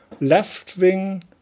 left-wing